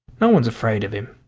no one's afraid of him